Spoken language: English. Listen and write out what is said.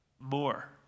More